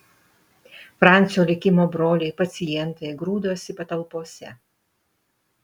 francio likimo broliai pacientai grūdosi patalpose